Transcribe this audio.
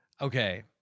Okay